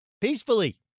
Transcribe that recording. peacefully